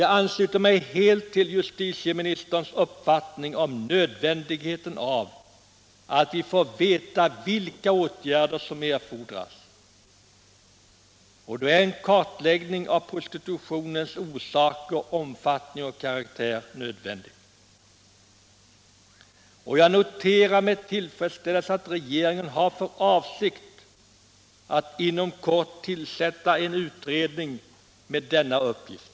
Jag ansluter mig helt till justitieministerns uppfattning om nödvändigheten av att vi får veta vilka åtgärder som erfordras, och då är en kartläggning av prostitutionens orsaker, omfattning och karaktär nöd = Nr 43 vändig. Jag noterar med tillfredsställelse att regeringen har för avsikt Fredagen den att inom kort tillsätta en utredning med denna uppgift.